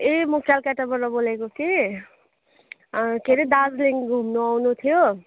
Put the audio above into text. ए म कलकत्ताबाट बोलेको कि के हरे दार्जिलिङ घुम्नु आउनु थियो